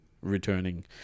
returning